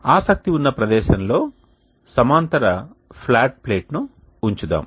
ఆసక్తి ఉన్న ప్రదేశంలో సమాంతర ఫ్లాట్ ప్లేట్ను ఉంచుదాం